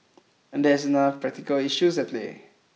and there is another practical issue at play